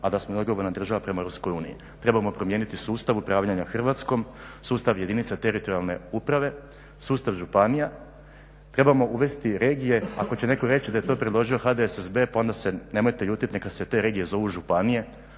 a da smo i odgovorna država prema EU. Trebamo promijeniti sustav upravljanja Hrvatskom, sustav jedinica teritorijalne uprave, sustav županije, trebamo uvesti regije, ako će netko reći da je to predložio HDSSB, pa onda se nemojte ljutiti, neka se te regije zovu županije,